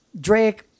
Drake